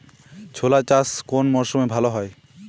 ছোলা চাষ কোন মরশুমে ভালো হয়?